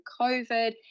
COVID